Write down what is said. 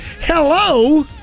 hello